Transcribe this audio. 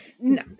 no